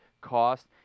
cost